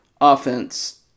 offense